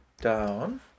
down